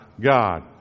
God